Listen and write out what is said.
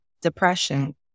depression